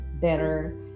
better